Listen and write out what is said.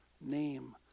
name